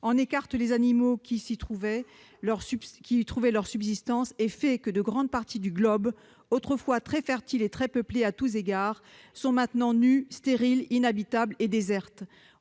en écarte les animaux qui y trouvaient leur subsistance et fait que de grandes parties du globe, autrefois très fertiles et très peuplées à tous égards, sont maintenant nues, stériles, inhabitables et désertes.